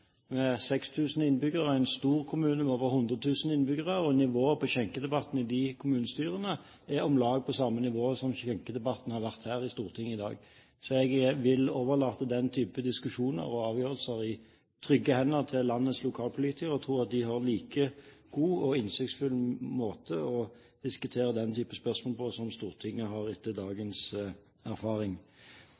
med 6 000 innbyggere og i en stor kommune med over 100 000 innbyggere, og nivået på skjenkedebattene i de kommunestyrene er om lag på samme nivå som skjenkedebatten har vært her i Stortinget i dag. Jeg vil overlate den type diskusjoner og avgjørelser i trygge hender til landets lokalpolitikere. Jeg tror at de har en like god og innsiktsfull måte å diskutere den type spørsmål på som Stortinget har etter dagens erfaring.